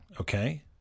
okay